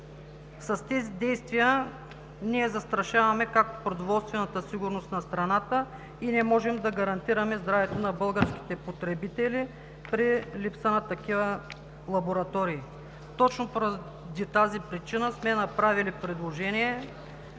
С тези действия ние застрашаваме продоволствената сигурност на страната и не можем да гарантираме здравето на българските потребители при липса на такива лаборатории. Точно поради тази причина сме направили предложение